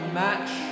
match